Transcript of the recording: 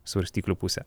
svarstyklių pusę